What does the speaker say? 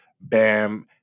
Bam